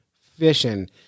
fishing